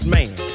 man